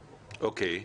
אוקיי.